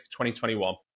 2021